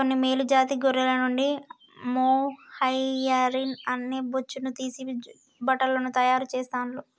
కొన్ని మేలు జాతి గొర్రెల నుండి మొహైయిర్ అనే బొచ్చును తీసి బట్టలను తాయారు చెస్తాండ్లు